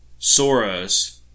Soros